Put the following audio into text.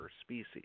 species